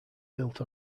built